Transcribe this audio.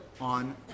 on